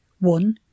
One